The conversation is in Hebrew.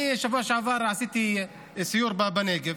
אני בשבוע שעבר עשיתי סיור בנגב,